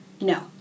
No